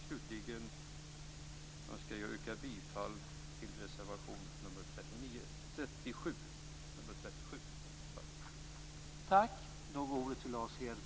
Slutligen yrkar jag bifall till reservation nr 37.